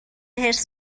حرص